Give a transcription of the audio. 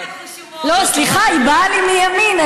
לא, סליחה, היא באה לי מימין.